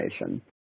information